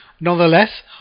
nonetheless